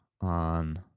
on